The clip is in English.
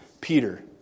Peter